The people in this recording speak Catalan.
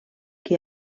que